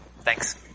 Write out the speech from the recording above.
Thanks